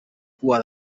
cua